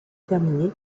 terminé